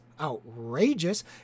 outrageous